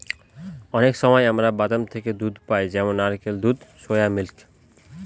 অনেক সময় আমরা বাদাম থেকে দুধ পাই যেমন নারকেলের দুধ, সোয়া মিল্ক